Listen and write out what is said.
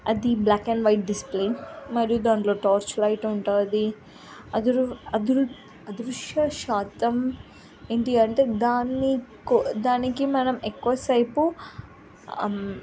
అది black and white display మరియు దాంట్లో టార్చ్ లైట్ ఉంటుంది అదురు అదురు అదృష్ట శాతం ఏంటి అంటే దాన్ని కొ దానికి మనం ఎక్కువసైపు